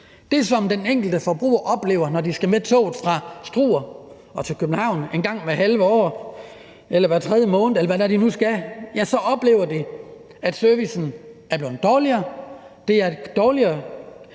det, som den enkelte forbruger oplever, når han eller hun skal med toget fra Struer til København en gang hvert halve år eller hver tredje måned, eller hvad det nu er, de skal det – så er servicen blevet dårligere. Det er et dårligere